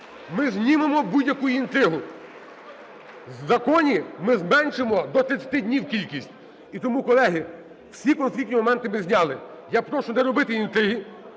Ми знімемо будь-яку інтригу. В законі ми зменшимо до 30 днів кількість. І тому, колеги, всі конфлікті моменти ми зняли. Я прошу не робити інтриги.